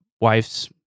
wife's